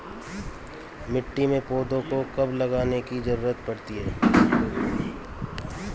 मिट्टी में पौधों को कब लगाने की ज़रूरत पड़ती है?